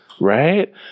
right